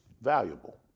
valuable